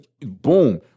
boom